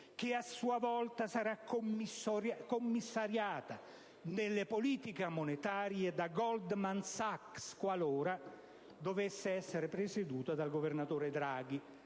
che a sua volta sarà commissariata nella politica monetaria da Goldman Sachs, qualora dovesse essere presieduta dal governatore Draghi.